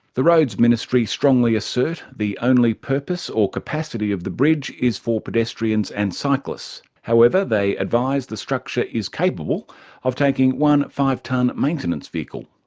the roads ministry strongly assert the only purpose or capacity of the bridge is for pedestrians and cyclists. however, they advise the structure is capable of taking one five tonne maintenance vehicle.